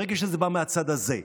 ברגע שזה בא מהצד הזה,